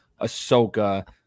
Ahsoka